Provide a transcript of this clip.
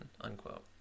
Unquote